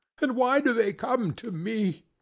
and why do they come to me?